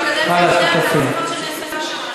בקדנציה הקודמת, אני לא זוכרת שנעשה שם משהו.